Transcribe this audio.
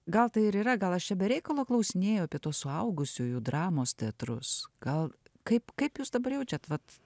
gal tai ir yra gal aš čia be reikalo klausinėju apie tuos suaugusiųjų dramos teatrus gal kaip kaip jūs dabar jaučiat vat